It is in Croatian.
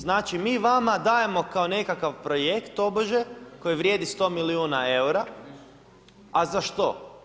Znači vi vama dajemo kao nekakav projekt tobože koji vrijedi 100 milijuna eura, a za što?